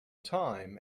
time